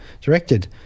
directed